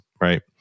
right